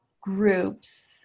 groups